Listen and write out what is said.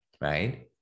right